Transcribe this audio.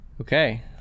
Okay